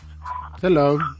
Hello